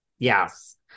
yes